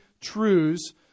truths